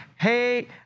Hey